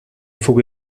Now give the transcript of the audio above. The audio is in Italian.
fughe